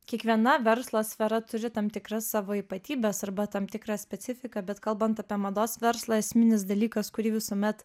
kiekviena verslo sfera turi tam tikras savo ypatybes arba tam tikrą specifiką bet kalbant apie mados verslą esminis dalykas kurį visuomet